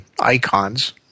icons